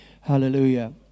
Hallelujah